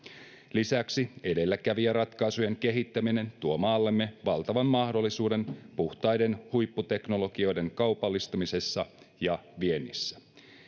lisäksi edelläkävijäratkaisujen kehittäminen tuo maallemme valtavan mahdollisuuden puhtaiden huipputeknologioiden kaupallistamisessa ja viennissä